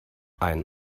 ein